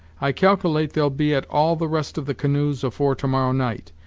i calcilate they'll be at all the rest of the canoes afore to-morrow night,